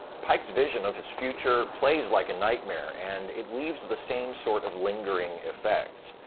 pike's vision of his future plays like a nightmare, and it leaves the same sort of lingering effects.